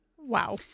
Wow